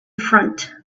front